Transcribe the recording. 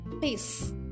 peace